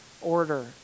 order